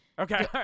Okay